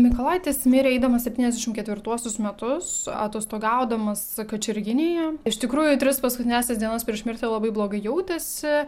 mykolaitis mirė eidamas septyniasdešim ketvirtuosius metus atostogaudamas kačerginėje iš tikrųjų tris paskutiniąsias dienas prieš mirtį labai blogai jautėsi